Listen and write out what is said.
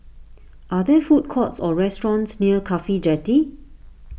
are there food courts or restaurants near Cafhi Jetty